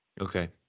Okay